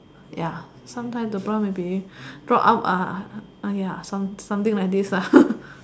ya sometime the bra maybe drop out ah ya something like this ah